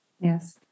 Yes